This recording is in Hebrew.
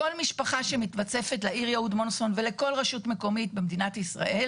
כל משפחה שמתווספת לעיר יהוד מונוסון ולכל רשות מקומית במדינת ישראל,